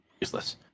useless